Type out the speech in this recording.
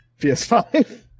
PS5